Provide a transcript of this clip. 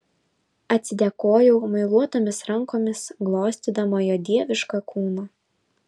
atsidėkojau muiluotomis rankomis glostydama jo dievišką kūną